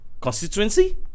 constituency